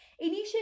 Initially